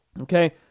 Okay